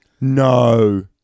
No